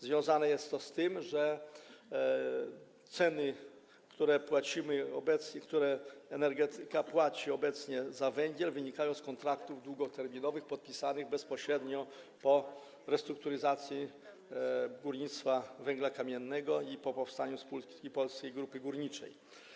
Związane jest to z tym, że ceny, które energetyka płaci obecnie za węgiel, wynikają z kontraktów długoterminowych, podpisanych bezpośrednio po restrukturyzacji górnictwa węgla kamiennego i po powstaniu spółki Polska Grupa Górnicza.